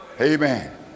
Amen